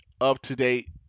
up-to-date